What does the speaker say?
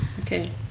Okay